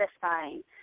satisfying